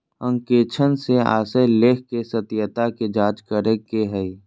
अंकेक्षण से आशय लेख के सत्यता के जांच करे के हइ